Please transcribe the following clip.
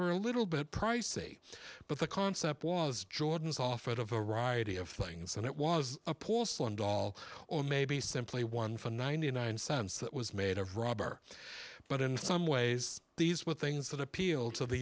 were a little bit pricey but the concept was jordan's offered a variety of things and it was a porcelain doll or maybe simply one for ninety nine cents that was made of rubber but in some ways these were things that appeal to the